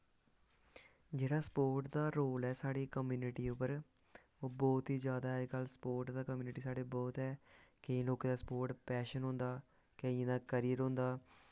जेह्ड़ा स्पोर्ट दा रोल ऐ साढ़ी कम्युनिटी उप्पर ओह् बौह्त ही जैदा अजकल्ल स्पोर्ट दा कम्युनिटी साढ़े बौह्त ऐ केईं लोकें दा स्पोर्ट पैशन होंदा केइयें दा करियर होंदा